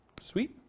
Sweet